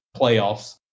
playoffs